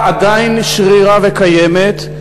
הסכנה של סגירת החברה עדיין שרירה וקיימת.